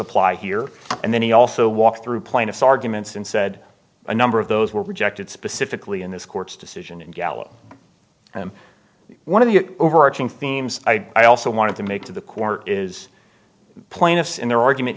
apply here and then he also walked through plaintiff's arguments and said a number of those were rejected specifically in this court's decision in gallup and one of the overarching themes i also wanted to make to the court is plaintiffs in their argument